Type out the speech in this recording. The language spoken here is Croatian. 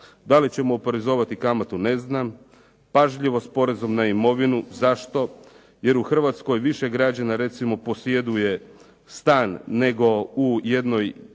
Da li ćemo oporezovati kamatu ne znam. Pažljivo s porezom na imovinu. Zašto? Jer u Hrvatskoj više građana recimo posjeduje stan u svom